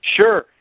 Sure